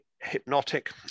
hypnotic